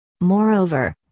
Moreover